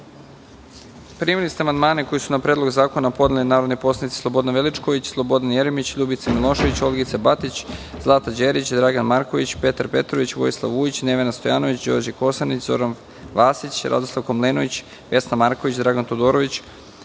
zavoda. Primili ste amandmane koje su na Predlog zakona podneli narodni poslanici: Slobodan Veličković, Slobodan Jeremić, Ljubica Milošević, Olgica Batić, Zlata Đerić, Dragan Marković, Petar Petrović, Vojislav Vujić, Nevena Stojanović, Đorđe Kosanić, Zoran Vasić, Radoslav Komlenović, Vesna Marković, Dragan Todorović,